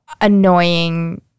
annoying